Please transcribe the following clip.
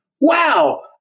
Wow